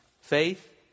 Faith